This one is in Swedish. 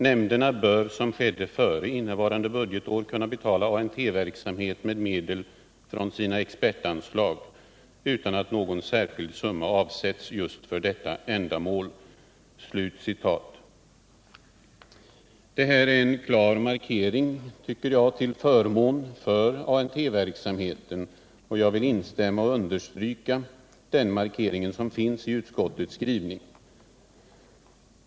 Nämnderna bör som skedde före innevarande budgetår kunna betala ANT-verksamhet med medel från sina expertanslag utan att någon särskild summa avsätts just för detta ändamål.” Det är en klar markering, tycker jag, till förmån för ANT-verksamheten, och jag vill instämma i och understryka den markering som finns i utskottets skrivning.